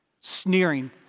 sneering